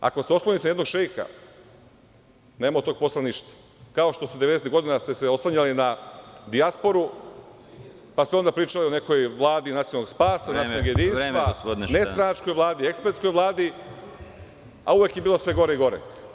Ako se oslonite na jednog šeika, nema od tog posla ništa, kao što ste se 90-tih godina oslanjali na dijasporu, pa ste onda pričali o nekoj vladi nacionalnog spasa, bratstva jedinstva, nestranačkoj vladi, ekspertskoj vladi, a uvek je bilo sve gore i gore.